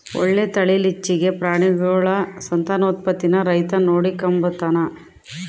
ಒಳ್ಳೆ ತಳೀಲಿಚ್ಚೆಗೆ ಪ್ರಾಣಿಗುಳ ಸಂತಾನೋತ್ಪತ್ತೀನ ರೈತ ನೋಡಿಕಂಬತಾನ